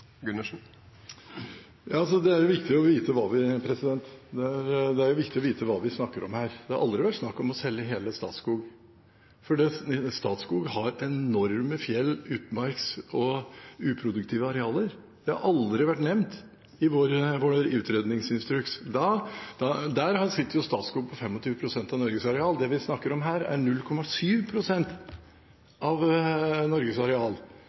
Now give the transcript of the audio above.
er villig til å privatisere deler av Statskog SF? Det er viktig å vite hva vi snakker om her. Det har aldri vært snakk om å selge hele Statskog. Det har aldri vært nevnt i vår utredningsinstruks. Statskog har enorme fjell-, utmarks- og uproduktive arealer. Der sitter Statskog på 25 pst. av Norges areal. Det vi snakker om her, er 0,7 pst. av Norges areal, som er det produktive skogarealet Statskog innehar. Der har vi satt i gang en utredning om